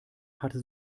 hatte